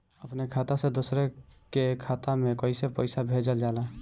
अपने खाता से दूसरे के खाता में कईसे पैसा भेजल जाला?